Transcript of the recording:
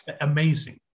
Amazing